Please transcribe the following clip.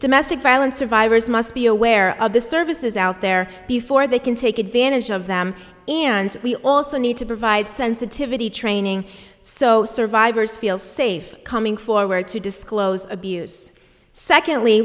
domestic violence survivor is must be aware of the services out there before they can take advantage of them and we also need to provide sensitivity training so survivors feel safe coming forward to disclose abuse secondly